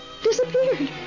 Disappeared